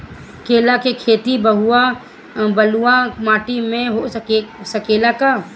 केला के खेती बलुआ माटी पर हो सकेला का?